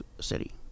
city